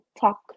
talk